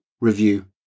review